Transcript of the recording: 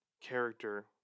character